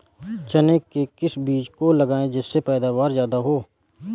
चने के किस बीज को लगाएँ जिससे पैदावार ज्यादा हो?